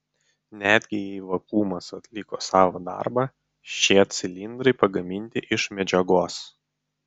netgi jei vakuumas atliko savo darbą šie cilindrai pagaminti iš medžiagos